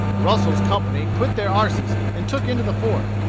russel's company quit their arses and took into the fort.